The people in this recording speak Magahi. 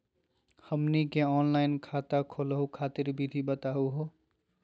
हमनी के ऑनलाइन खाता खोलहु खातिर विधि बताहु हो?